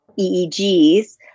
EEGs